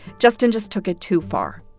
justin just took it too far.